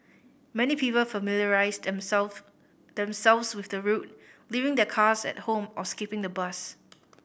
many people familiarised them self themselves with the route leaving their cars at home or skipping the bus